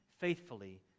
faithfully